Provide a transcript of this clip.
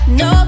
no